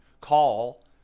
call